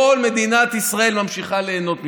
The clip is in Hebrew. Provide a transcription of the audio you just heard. כל מדינת ישראל ממשיכה ליהנות מזה.